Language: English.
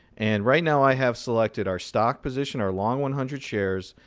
and right now i have selected our stock position, our long one hundred shares,